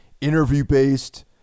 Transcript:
interview-based